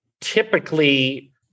typically